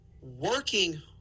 working